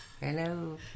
Hello